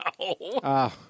No